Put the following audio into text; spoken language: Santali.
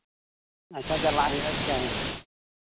ᱟᱪᱪᱷᱟ ᱪᱟᱞᱟᱜ ᱦᱩᱭᱩᱜᱼᱟ ᱪᱮᱠᱟᱭᱟᱢ